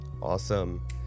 Awesome